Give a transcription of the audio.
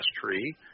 tree